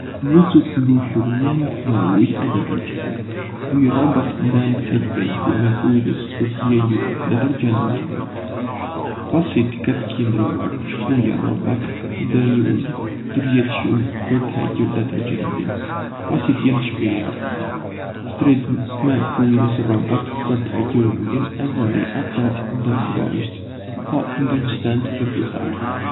Nisë të mbushur një endë me ujë e detergjent. vëj rrobat ndë endë e lëvizi me kujdes për të lejuar detergjentin të bënj. Pasi të ketë qëndruar, shpëla rrobat ndën ujë të rrjedhshëm për të hequr detergjentin. Pasi të jendë shpëlarë, shtrydh me kujdes rrobat për të hequr ujin e vari ato ndë një gozhdë o ndë një stend për t'u tharë.